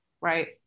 Right